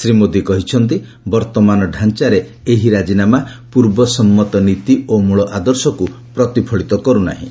ଶ୍ରୀ ମୋଦୀ କହିଛନ୍ତି ବର୍ତ୍ତମାନ ଢାଞ୍ଚାରେ ଏହି ରାଜିନାମା ପୂର୍ବ ସମ୍ମତନୀତି ଓ ମୂଳ ଆଦର୍ଶକୁ ପ୍ରତିଫଳିତ କରୁନାହିଁ